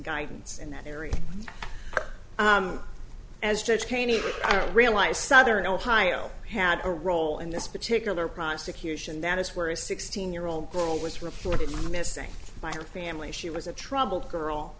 guidance in that area as judge caney realize southern ohio had a role in this particular prosecution that is where a sixteen year old girl was reported missing by her family she was a troubled girl